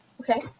Okay